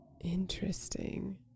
Interesting